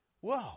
Whoa